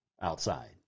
outside